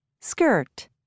skirt